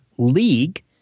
League